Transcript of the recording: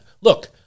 Look